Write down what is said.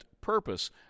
purpose